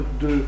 de